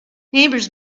neighbors